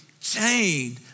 chained